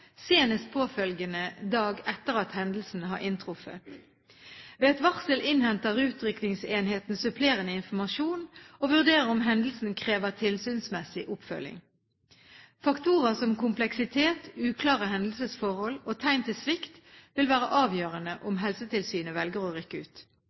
senest påfølgende dag etter at hendelsen har inntruffet. Ved et varsel innhenter utrykningsenheten supplerende informasjon og vurderer om hendelsen krever tilsynsmessig oppfølging. Faktorer som kompleksitet, uklare hendelsesforhold og tegn til svikt vil være avgjørende